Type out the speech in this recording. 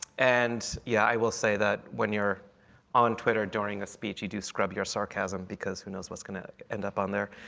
and, yeah, i will say that when you're on twitter during a speech, you do scrub your sarcasm because who knows what's going to end up on there.